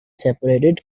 separated